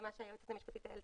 שהיועצת המשפטית העלתה.